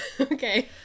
okay